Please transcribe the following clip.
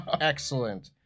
Excellent